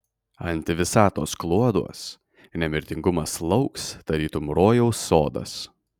antivisatos kloduos nemirtingumas lauks tarytum rojaus sodas